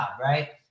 Right